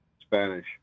Spanish